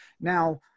Now